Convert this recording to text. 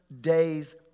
days